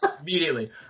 Immediately